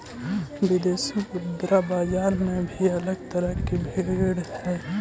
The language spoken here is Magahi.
विदेशी मुद्रा बाजार में भी अलग तरह की भीड़ हई